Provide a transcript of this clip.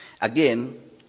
Again